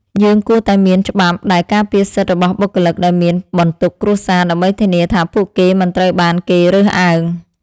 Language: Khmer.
យើងគួរតែមានច្បាប់ដែលការពារសិទ្ធិរបស់បុគ្គលិកដែលមានបន្ទុកគ្រួសារ ដើម្បីធានាថាពួកគេមិនត្រូវបានគេរើសអើង។